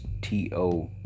t-o